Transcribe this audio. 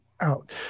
Out